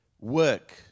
work